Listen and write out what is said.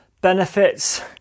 benefits